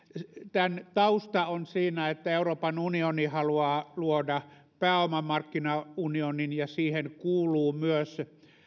tämän taustahan on siinä että euroopan unioni haluaa luoda pääomamarkkinaunionin ja siihen kuuluu myös